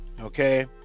Okay